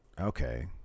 Okay